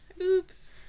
Oops